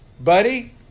Buddy